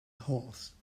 horse